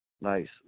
Nice